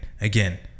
again